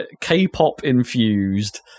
K-pop-infused